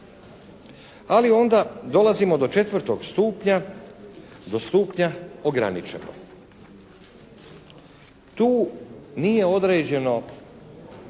Ali onda dolazimo do četvrtog stupnja, do stupnja ograničeno. Tu nije određeno